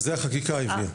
וזה החקיקה הביאה?